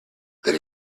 then